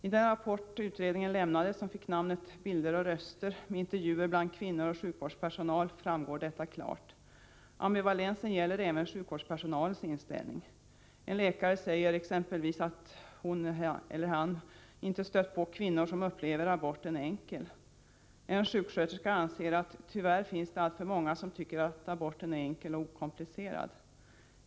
I den rapport abortkommittén lämnade och som fick namnet Bilder och röster med intervjuer bland kvinnor och sjukvårdspersonal, framgår detta klart. Ambivalensen gäller även sjukvårdspersonalens inställning. En läkare säger exempelvis att hon eller han inte stött på kvinnor som upplever aborten enkel. En sjuksköterska anser att tyvärr finns det alltför många som tycker att aborten är enkel och okomplicerad.